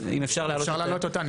אז אם אפשר להעלות אותה.